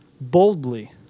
boldly